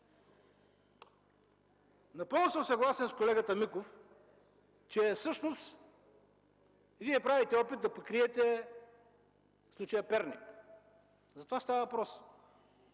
Напълно съм съгласен с колегата Миков, че всъщност Вие правите опит да прикриете случая „Перник”. За това става въпрос.